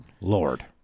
Lord